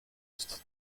used